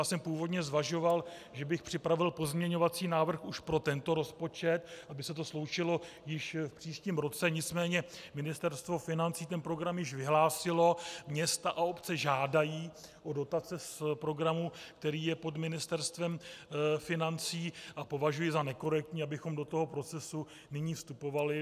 Já jsem původně zvažoval, že bych připravil pozměňovací návrh už pro tento rozpočet, aby se to sloučilo již v příštím roce, nicméně Ministerstvo financí ten program již vyhlásilo, města a obce žádají o dotace z programu, který je pod Ministerstvem financí, a považuji za nekorektní, abychom do toho procesu nyní vystupovali.